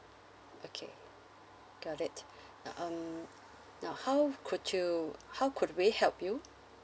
okay got it now um now how could you how could we help you